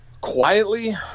Quietly